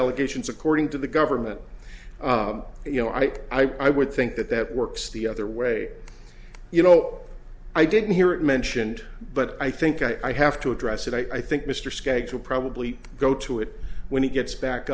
allegations according to the government you know i i would think that that works the other way you know i didn't hear it mentioned but i think i have to address it i think mr skate to probably go to it when he gets back